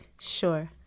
Sure